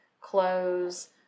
clothes